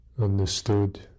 understood